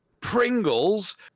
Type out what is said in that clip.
Pringles